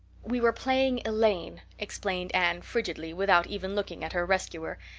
we were playing elaine explained anne frigidly, without even looking at her rescuer,